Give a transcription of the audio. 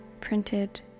printed